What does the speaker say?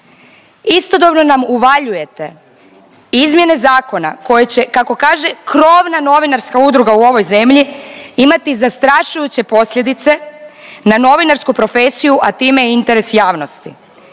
Istodobno nam uvaljujete izmjene zakona koje će kako kaže krovna novinarska udruga u ovoj zemlji imati zastrašujuće posljedice na novinarsku profesiju, a time i interes javnosti.